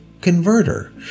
converter